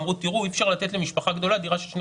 אמרו שאי אפשר לתת למשפחה גדולה דירה של שני